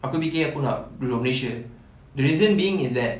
aku fikir aku nak duduk malaysia the reason being is that